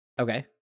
Okay